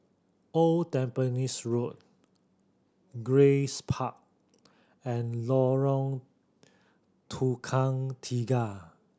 Old Tampines Road Grace Park and Lorong Tukang Tiga